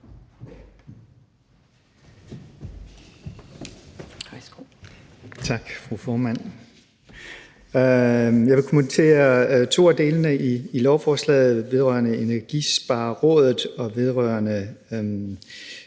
Tak, fru formand. Jeg vil kommentere to af delene i lovforslaget vedrørende Energisparerådet og vedrørende